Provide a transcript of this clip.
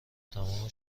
تمام